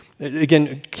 Again